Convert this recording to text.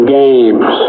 games